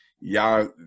y'all